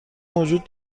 موجود